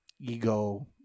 ego